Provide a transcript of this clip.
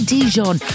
Dijon